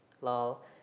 lol